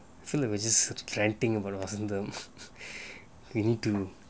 philip was just ranting about vasantham we need to